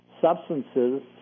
substances